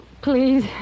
Please